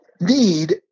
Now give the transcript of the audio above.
need